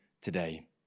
today